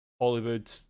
Hollywood